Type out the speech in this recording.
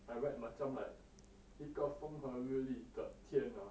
I write macam like 一个风和日丽的天 ah